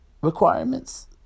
requirements